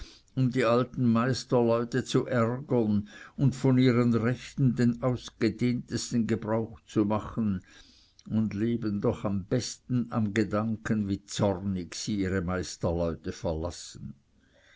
um die alten meisterleute zu ärgern und von ihren rechten den ausgedehntesten gebrauch zu machen und leben doch am besten am gedanken wie zornig sie ihre meisterleute verlassen